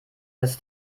dass